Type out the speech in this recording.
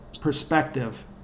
perspective